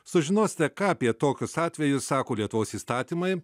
sužinosite ką apie tokius atvejus sako lietuvos įstatymai